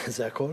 זה הכול?